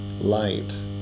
light